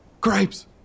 Grapes